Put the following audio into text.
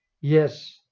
Yes